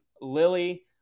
lily